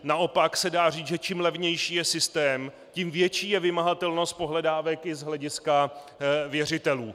Naopak se dá říct, že čím levnější je systém, tím větší je vymahatelnost pohledávek i z hlediska věřitelů.